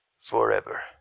forever